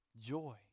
joy